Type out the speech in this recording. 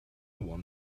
one